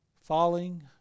falling